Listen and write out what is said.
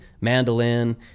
mandolin